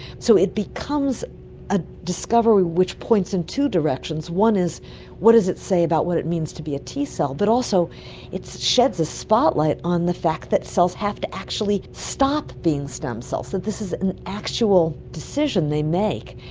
so it becomes a discovery which points in two directions, one is what does it say about what it means to be a t cell, but also it sheds a spotlight on the fact that cells have to actually stop being stem cells, that this is an actual decision they make,